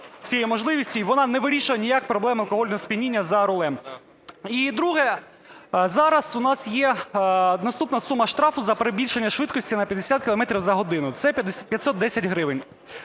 цією можливістю, і вона не вирішує ніяк проблеми алкогольного сп'яніння за рулем. І друге. Зараз у нас є наступна сума штрафу за перебільшення швидкості на 50 кілометрів за годину – це 510 гривень.